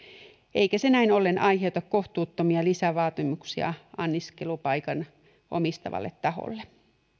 eikä se näin ollen aiheuta kohtuuttomia lisävaatimuksia anniskelupaikan omistavalle taholle